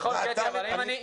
אתה אומר אותו הדבר.